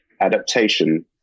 adaptation